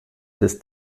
des